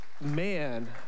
man